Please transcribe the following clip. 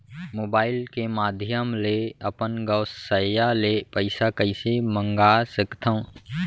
Mobile के माधयम ले अपन गोसैय्या ले पइसा कइसे मंगा सकथव?